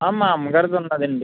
మా అమ్మగారిది ఉన్నాదండి